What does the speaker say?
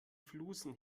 flusen